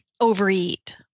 overeat